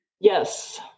Yes